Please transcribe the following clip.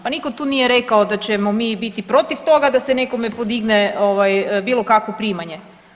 Pa nitko tu nije rekao da ćemo mi biti protiv toga da se nekome podigne ovaj bilo kakvo primanje.